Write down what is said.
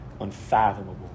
unfathomable